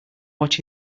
watch